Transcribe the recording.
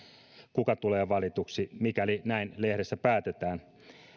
kuka tulee valituksi mikäli näin lehdessä päätetään